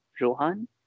Rohan